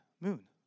moon